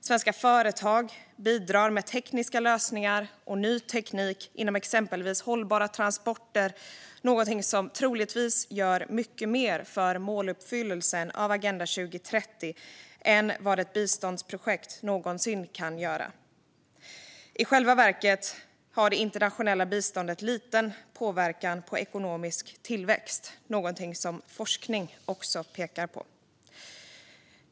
Svenska företag bidrar med tekniska lösningar och ny teknik inom exempelvis hållbara transporter, något som troligtvis gör mycket mer för måluppfyllelsen av Agenda 2030 än vad ett biståndsprojekt någonsin kan göra. I själva verket har det internationella biståndet liten påverkan på ekonomisk tillväxt, något som forskning också pekar på.